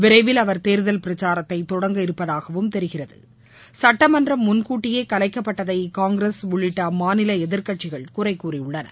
விரைவில் அவர் தேர்தல் பிரச்சாரத்தை தொடங்க இருப்பதாகவும் தெரிகிறது சட்டமன்றம் முன்கூட்டியே கலைக்கப்பட்டதை காங்கிரஸ் உள்ளிட்ட அம்மாநில எதிர்க்கட்சிகள் குறை கூறியுள்ளன